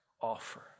offer